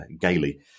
gaily